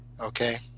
Okay